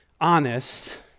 honest